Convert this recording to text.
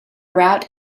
route